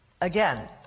Again